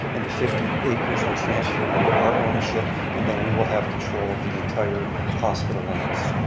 and the fifty acres will transfer into our ownership and then we will have control of the entire hospital lands.